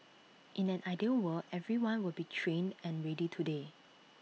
in an ideal world everyone will be trained and ready today